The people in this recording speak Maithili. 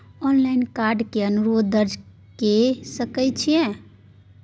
ऑनलाइन कार्ड के अनुरोध दर्ज के सकै छियै?